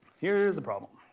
here is a problem.